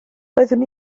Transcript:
doeddwn